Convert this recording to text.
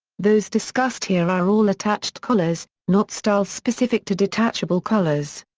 those discussed here are all attached collars, not styles specific to detachable collars.